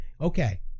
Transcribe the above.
okay